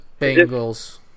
Bengals